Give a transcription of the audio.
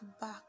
back